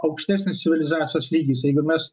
aukštesnis civilizacijos lygis jeigu mes